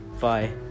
Bye